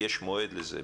יש מועד לזה.